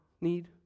need